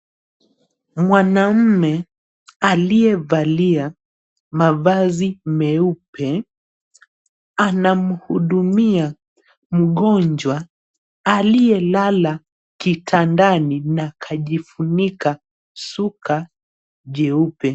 Mwanamume, aliyevalia, mavazi meupe, anamhudumia, mgonjwa, aliyelala kitandani na kajifunika shuka jeupe.